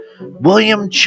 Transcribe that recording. William